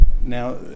Now